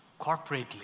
corporately